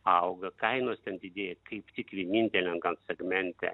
auga kainos didėja kaip tik vieninteliam gal segmente